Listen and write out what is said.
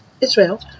Israel